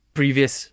previous